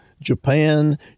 Japan